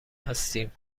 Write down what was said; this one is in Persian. هستیم